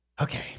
Okay